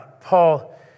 Paul